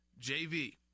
JV